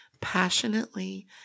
passionately